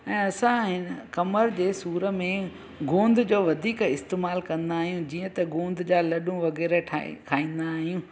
ऐं असां इन कमरि जे सूर में गोंद जो वधीक इस्तेमाल कंदा आहियूं जीअं त गोंद जा लॾूं वग़ैरह ठाहे खाईंदा आहियूं